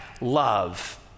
love